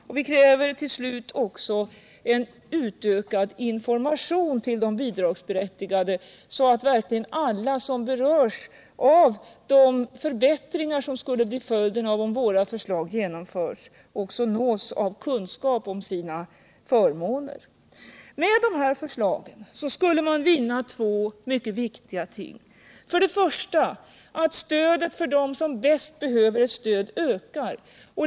Till slut kräver vi också en utökad information till de bidragsberättigade, så att alla som berörs av de förbättringar som skulle bli följden av ett genomförande av våra förslag också får kunskap om sina förmåner. Om de här förslagen genomfördes skulle man uppnå mycket viktiga saker. För det första skulle stödet till dem som bäst behöver det öka.